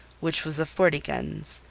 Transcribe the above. which was of forty guns.